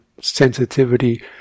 sensitivity